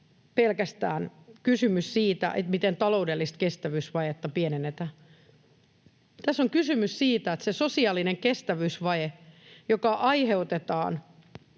pelkästään siitä, miten taloudellista kestävyysvajetta pienennetään. Tässä on kysymys siitä, että se sosiaalinen kestävyysvaje, joka aiheutetaan